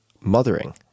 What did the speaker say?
mothering